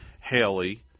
Haley